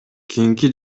кийинки